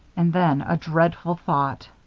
and then, a dreadful thought.